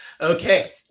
Okay